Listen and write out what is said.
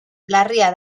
larria